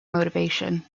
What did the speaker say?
motivation